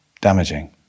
damaging